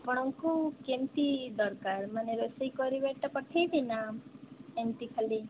ଆପଣଙ୍କୁ କେମିତି ଦରକାର ମାନେ ରୋଷେଇ କରିବାଟା ପଠେଇବି ନା ଏମିତି ଖାଲି